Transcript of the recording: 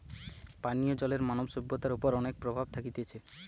পানীয় জলের মানব সভ্যতার ওপর অনেক প্রভাব থাকতিছে